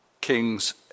Kings